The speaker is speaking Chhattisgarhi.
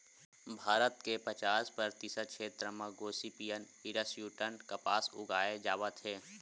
भारत के पचास परतिसत छेत्र म गोसिपीयम हिरस्यूटॅम कपसा उगाए जावत हे